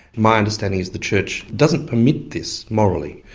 my understanding is the church doesn't permit this morally.